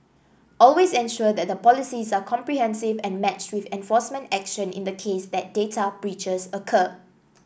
always ensure that the policies are comprehensive and matched with enforcement action in the case that data breaches occur